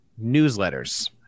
Newsletters